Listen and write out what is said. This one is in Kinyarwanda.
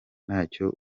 ntacyo